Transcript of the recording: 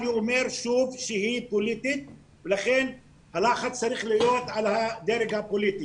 אני אומר שוב שהיא פוליטית ולכן הלחץ צריך להיות על הדרג הפוליטי.